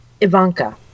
Ivanka